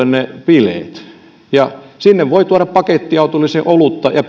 ne bileet viedään työväentalolle sinne voi tuoda pakettiautollisen olutta ja